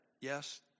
yes